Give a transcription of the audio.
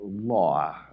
law